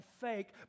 fake